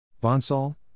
Bonsall